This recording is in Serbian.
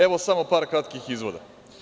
Evo, samo par kratkih izvoda.